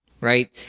right